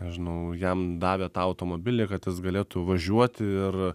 ką žinau jam davė tau automobilį kad jis galėtų važiuoti ir